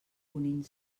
unint